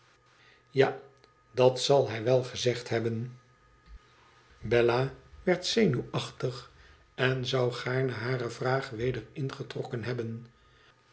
ja dat zal hij wel gezegd hebben bella werd zenuwachtig en zou gaarne hare vraag weder ingetrokken hebben